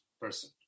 person